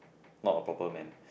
not a proper man